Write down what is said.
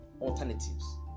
alternatives